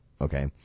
okay